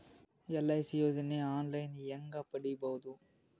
LIC ಯೋಜನೆ online ಹೇಂಗ ಪಡಿಬಹುದು?